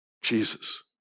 Jesus